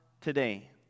today